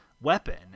weapon